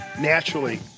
naturally